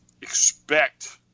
expect